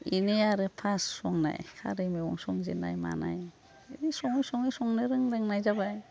बेनो आरो फार्स्त संनाय खारै मैगं संजेन्नाय मानाय बिदिनो सङै सङै संनो रोंजेन्नाय जाबाय